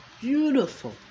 beautiful